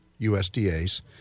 USDAs